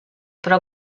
però